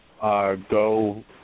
go